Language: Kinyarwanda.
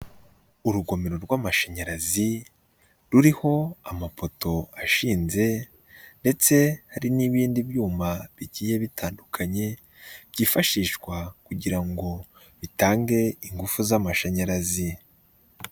Urugomero rw'amashanyarazi ruriho amapoto ashinze ndetse hari n'ibindi byuma bigiye bitandukanye byifashishwa kugira ngo bitange ingufu z'amashanyarazi.